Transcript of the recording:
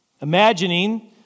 Imagining